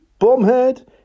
Bombhead